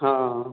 ହଁ